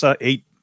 eight